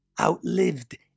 outlived